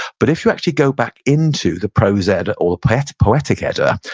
but if you actually go back into the prose edda or the poetic poetic edda,